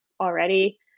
already